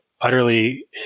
utterly